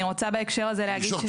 אני רוצה בהקשר הזה להגיד.